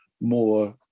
more